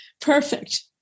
perfect